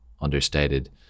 understated